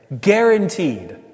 Guaranteed